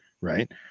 right